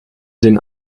den